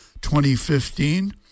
2015